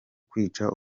kwica